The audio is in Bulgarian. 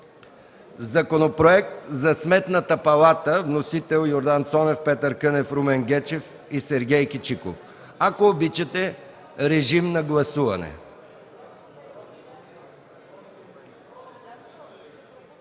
Законопроект за Сметната палата с вносители Йордан Цонев, Петър Кънев, Румен Гечев и Сергей Кичиков. Ако обичате, гласувайте.